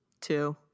two